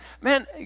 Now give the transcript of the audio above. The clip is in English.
man